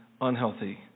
unhealthy